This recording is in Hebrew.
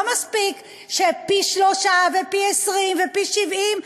לא מספיק שפי-שלושה ופי-20 ופי-70,